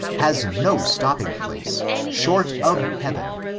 has no stopping place, short of heaven,